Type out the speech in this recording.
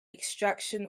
extraction